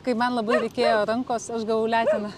kai man labai reikėjo rankos aš gavau leteną